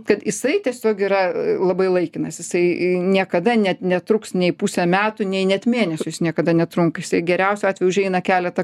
kad jisai tiesiog yra labai laikinas jisai niekada net netruks nei pusę metų nei net mėnesius niekada netrunka jisai geriausiu atveju užeina keletą